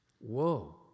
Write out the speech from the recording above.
Whoa